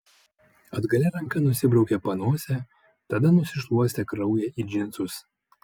atgalia ranka nusibraukė panosę tada nusišluostė kraują į džinsus